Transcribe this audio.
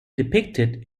depicted